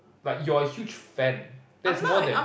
like you are a huge fan that's more than